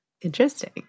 Interesting